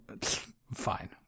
Fine